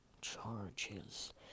charges